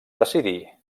decidir